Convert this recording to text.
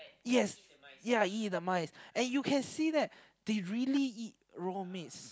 yes eat the mice and you can see that they really eat raw meats